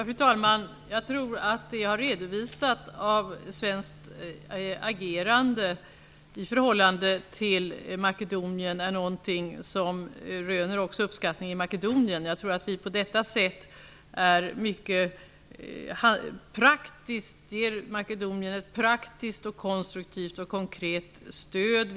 Fru talman! Jag tror att det har redovisats att svenskt agerande i förhållande till Makedonien röner uppskattning också i Makedonien. Jag tror att vi på detta sätt ger Makedonien ett praktiskt, konstruktivt och konkret stöd.